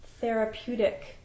therapeutic